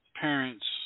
parents